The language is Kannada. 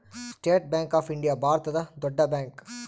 ಸ್ಟೇಟ್ ಬ್ಯಾಂಕ್ ಆಫ್ ಇಂಡಿಯಾ ಭಾರತದ ದೊಡ್ಡ ಬ್ಯಾಂಕ್